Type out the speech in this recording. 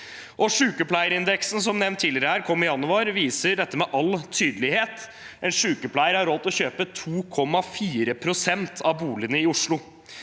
Sykepleierindeksen, som er nevnt tidligere, kom i januar og viser dette med all tydelighet. En sykepleier har råd til å kjøpe 2,4 pst. av boligene i Oslo.